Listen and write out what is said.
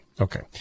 Okay